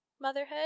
motherhood